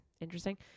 interesting